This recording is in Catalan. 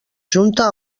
junta